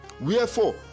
Wherefore